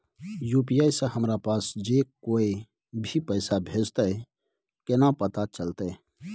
UPI से हमरा पास जे कोय भी पैसा भेजतय केना पता चलते?